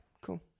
cool